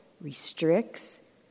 restricts